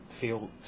feel